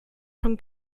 von